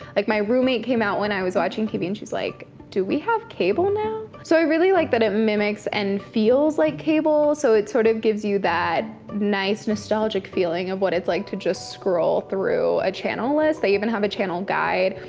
my roommate came out when i was watching tv, and she's like, do we have cable now? so i really like that it mimics and feels like cable. so it sort of gives you that nice nostalgic feeling of what it's like to just scroll through a channel list. they even have a channel guide,